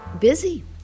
busy